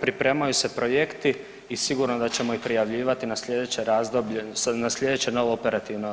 pripremaju se projekti i sigurno i da ćemo ih prijavljivati na sljedeće razdoblje, na sljedeće novo operativno razdoblje.